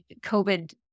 COVID